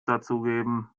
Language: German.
dazugeben